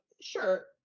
sure